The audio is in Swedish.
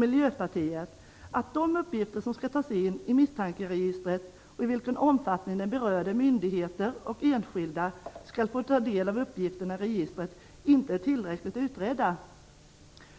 Miljöpartiet att de uppgifter som skall tas in i misstankeregistret, och i vilken omfattning den berörde, myndigheter och enskilda skall få ta del av uppgifterna i registret, inte är tillräckligt utredda.